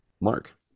Mark